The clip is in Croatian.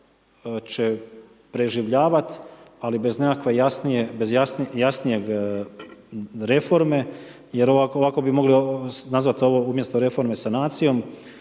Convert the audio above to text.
će preživljavati ali bez nekakve jasnije reforme jer ovako bi mogli nazvati ovo umjesto reforme sanacijom